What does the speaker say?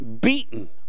beaten